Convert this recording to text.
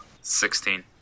Sixteen